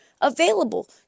available